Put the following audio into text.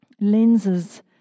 lenses